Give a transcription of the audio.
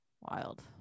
Wild